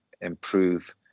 improve